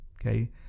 okay